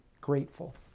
grateful